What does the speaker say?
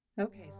Okay